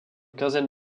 quinzaine